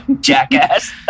jackass